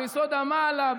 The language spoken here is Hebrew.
ביסוד המעלה,